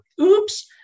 oops